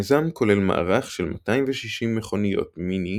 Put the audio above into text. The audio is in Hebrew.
המיזם כולל מערך של 260 מכוניות מיני